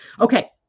Okay